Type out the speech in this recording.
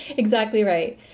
exactly right.